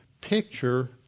picture